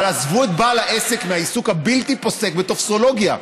אבל עזבו את בעל העסק מהעיסוק הבלתי-פוסק בטופסולוגיה.